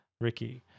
Ricky